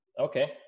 Okay